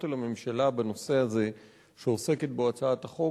אל הממשלה בנושא הזה שעוסקת בו הצעת החוק,